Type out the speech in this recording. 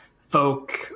folk